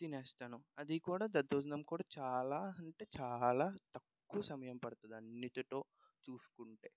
తినేస్తాను అది కూడా దద్దోజనం కూడా చాలా అంటే చాలా తక్కువ సమయం పడుతుంది అన్నింటిలో చూసుకుంటే